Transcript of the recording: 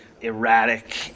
erratic